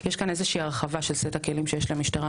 יש כאן איזושהי הרחבה של סט הכלים שיש למשטרה,